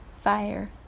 fire